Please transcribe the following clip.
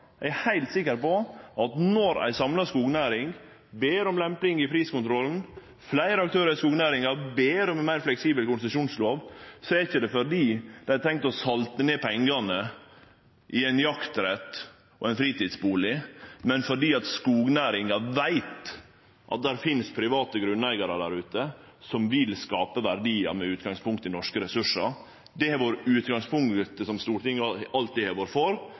Eg er heilt sikker på at når ei samla skognæring ber om lemping i priskontrollen – når fleire aktørar i skognæringa ber om ei meir fleksibel konsesjonslov – er ikkje det fordi dei har tenkt å salte ned pengane i ein jaktrett og ein fritidsbustad, men fordi skognæringa veit at det finst private grunneigarar der ute som vil skape verdiar med utgangspunkt i norske ressursar. Det har vore utgangspunktet som Stortinget alltid har vore for,